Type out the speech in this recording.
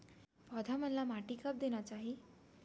पौधा मन ला माटी कब देना चाही?